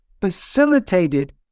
facilitated